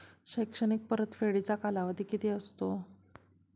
शैक्षणिक परतफेडीचा कालावधी किती असतो?